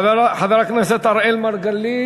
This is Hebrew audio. חבר הכנסת אראל מרגלית.